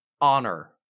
honor